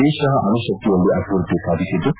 ದೇಶ ಅಣುಶಕ್ತಿಯಲ್ಲಿ ಅಭಿವೃದ್ದಿ ಸಾಧಿಸಿದ್ದು